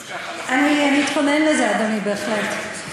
אז ככה, אני אתכונן לזה, אדוני, בהחלט.